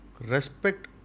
Respect